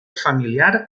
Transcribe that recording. familiar